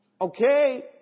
okay